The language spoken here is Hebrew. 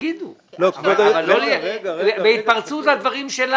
תאמרו אבל לא להתפרץ.